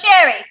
Sherry